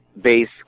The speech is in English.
base